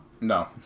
No